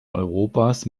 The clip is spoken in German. europas